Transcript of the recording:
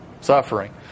Suffering